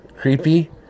creepy